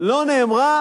לא נאמרה